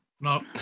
no